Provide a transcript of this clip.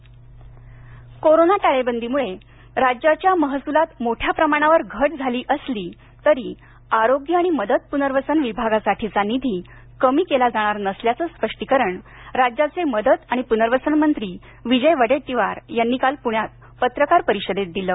Wadettiwar corona टाळेबंदीमुळं राज्याच्या महसुलात मोठ्या प्रमाणावर घट झाली असली तरी आरोग्य आणि मदत पुनर्वसन विभागासाठीचा निधी कमी केला जाणार नसल्याचं स्पष्टीकरण राज्याचे मदत आणि पुनर्वसन मंत्री विजय वडेड्टीवार यांनी काल पूण्यात पत्रकार परिषदेत दिलं